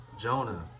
Jonah